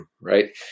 right